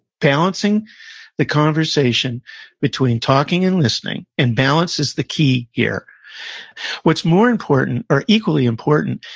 balancing the conversation between talking and listening, and balance is the key here what's more important, or equally important,